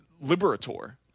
Liberator